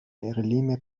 اقلیم